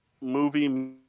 movie